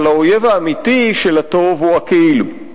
אבל האויב האמיתי של הטוב הוא הכאילו.